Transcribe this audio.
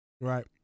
Right